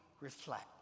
reflect